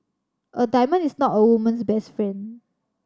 a diamond is not a woman's best friend